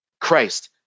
Christ